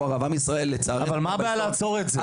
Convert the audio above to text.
עם ישראל --- אבל מה הבעיה לעצור את זה?